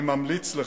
אני ממליץ לך,